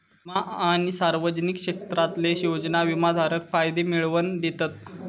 विमा आणि सार्वजनिक क्षेत्रातले योजना विमाधारकाक फायदे मिळवन दितत